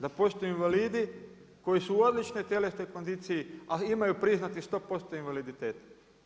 Da postoje invalidi, koji su u odličnoj tjelesnoj kondiciji, a imaju priznate 100% invaliditete.